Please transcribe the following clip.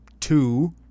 two